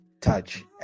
touch